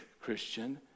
Christian